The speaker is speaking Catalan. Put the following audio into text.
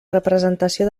representació